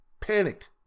Panicked